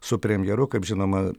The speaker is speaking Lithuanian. su premjeru kaip žinoma